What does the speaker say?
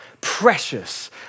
precious